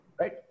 Right